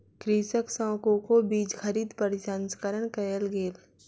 कृषक सॅ कोको बीज खरीद प्रसंस्करण कयल गेल